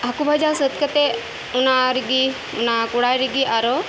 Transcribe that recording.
ᱦᱟᱹᱠᱩ ᱵᱷᱟᱡᱟ ᱥᱟᱹᱛ ᱠᱟᱛᱮ ᱚᱱᱟ ᱨᱤᱜᱤ ᱚᱱᱟ ᱠᱚᱲᱟᱭ ᱨᱤᱜᱤ ᱟᱨᱚ